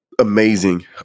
amazing